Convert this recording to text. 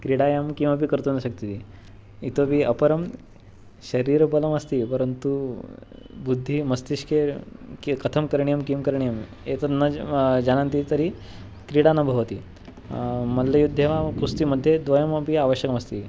क्रीडायां किमपि कर्तुं न शक्तवती इतोऽपि अपरं शरीरबलमस्ति परन्तु बुद्धिः मस्तिष्के कि कथं करणीयं किं करणीयम् एतत् न ज् जानन्ति तर्हि क्रीडा न भवति मल्लयुद्धे वा कुस्ति मध्ये द्वयमपि आवश्यकमस्ति